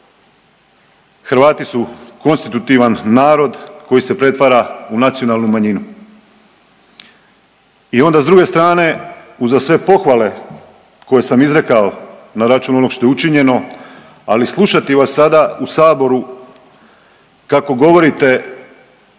Hrvati su konstitutivan narod koji se pretvara u nacionalnu manjinu. I onda s druge strane uza sve pohvale koje sam izrekao na račun onog što je učinjeno, ali slušati vas sada u Saboru kako govorite